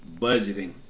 budgeting